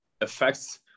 affects